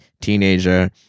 teenager